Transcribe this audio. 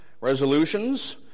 resolutions